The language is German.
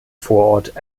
vorort